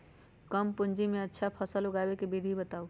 कम पूंजी में अच्छा फसल उगाबे के विधि बताउ?